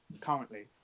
currently